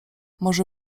może